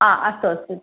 हा अस्तु अस्तु